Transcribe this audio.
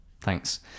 Thanks